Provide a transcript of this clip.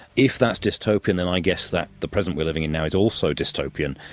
if that's dystopian then i guess that the present we are living in now is also dystopian.